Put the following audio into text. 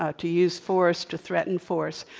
ah to use force, to threaten force.